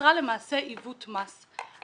יצרה למעשה עיוות מס.